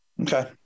Okay